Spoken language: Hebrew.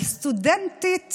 סטודנטית